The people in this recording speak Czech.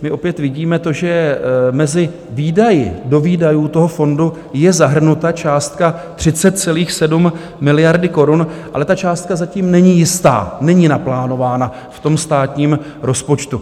My opět vidíme to, že mezi výdaji, do výdajů toho fondu, je zahrnuta částka 30,7 miliardy korun, ale ta částka zatím není jistá, není naplánována v státním rozpočtu.